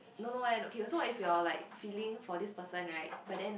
don't know eh okay so what if your like feeling for this person right but then